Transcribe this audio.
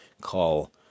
call